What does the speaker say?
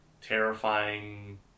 terrifying